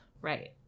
right